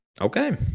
Okay